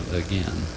again